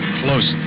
close